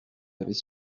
avez